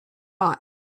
hot